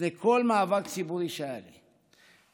לפני כל מאבק ציבורי שהיה לי.